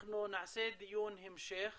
אנחנו נעשה דיון המשך